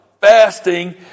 Fasting